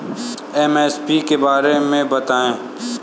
MSP के बारे में बतायें?